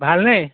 ভালনে